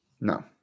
No